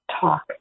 talk